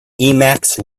emacs